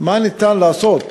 מה ניתן לעשות,